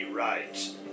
Right